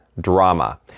drama